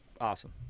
Awesome